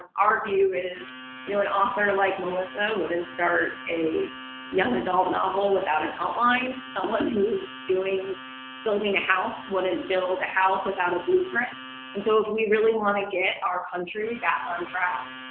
our view is you know an author like melissa wouldn't start a young adult novel without an outline. someone who's doing building a house, wouldn't build a house without a blueprint and so if we really want to get our country back on track,